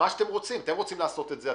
אתם רוצים לעשות את זה,